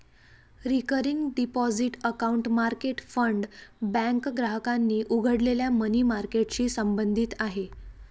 recurring deposit account market fund bank ग्राहकांनी उघडलेल्या money मार्केटशी संबंधित आहे